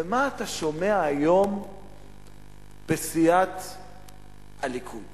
ומה אתה שומע היום בסיעת הליכוד?